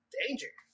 danger